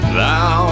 Thou